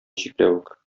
чикләвек